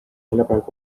neljapäeval